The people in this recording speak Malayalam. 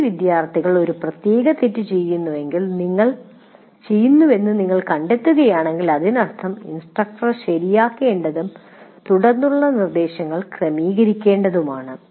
നിരവധി വിദ്യാർത്ഥികൾ ഒരു പ്രത്യേക തെറ്റ് ചെയ്യുന്നുവെന്ന് നിങ്ങൾ കണ്ടെത്തുകയാണെങ്കിൽ അതിനർത്ഥം ഇൻസ്ട്രക്ടർ ശരിയാക്കേണ്ടതും തുടർന്നുള്ള നിർദ്ദേശങ്ങൾ ക്രമീകരിക്കേണ്ടതുമാണ്